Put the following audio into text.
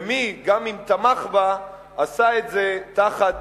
ומי, גם אם תמך בה, עשה את זה תחת